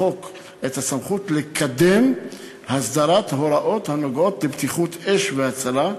לחוק את הסמכות לקדם הסדרת הוראות הנוגעות לבטיחות אש והצלה.